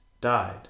died